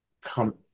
come